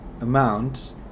amount